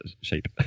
shape